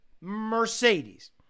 mercedes